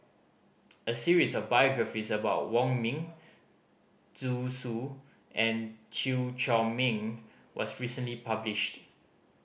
a series of biographies about Wong Ming Zhu S U and Chew Chor Meng was recently published